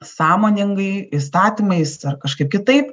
sąmoningai įstatymais ar kažkaip kitaip